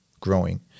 growing